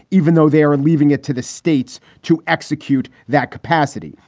even though they are leaving it to the states to execute that capacity.